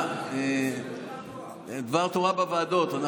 דבר תורה בוועדות.